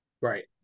Right